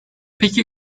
peki